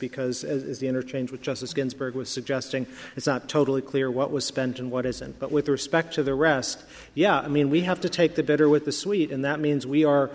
because as the interchange with justice ginsburg was suggesting it's not totally clear what was spent and what isn't but with respect to the rest yeah i mean we have to take the bitter with the sweet and that means we are